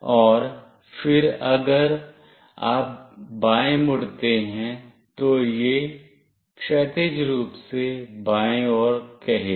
और फिर अगर आप बाएं मुड़ते हैं तो यह क्षैतिज रूप से बाएं ओर कहेगा